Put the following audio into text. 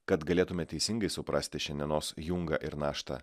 kad galėtume teisingai suprasti šiandienos jungą ir naštą